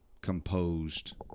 composed